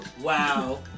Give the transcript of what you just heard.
Wow